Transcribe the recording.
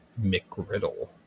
McGriddle